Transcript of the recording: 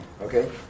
Okay